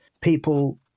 people